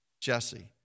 Jesse